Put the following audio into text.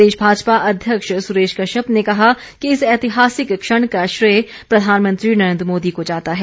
प्रदेश भाजपा अध्यक्ष सुरेश कश्यप ने कहा कि इस ऐतिहासिक क्षण का श्रेय प्रधानमंत्री नरेंद्र मोदी को जाता है